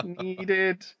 needed